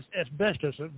asbestos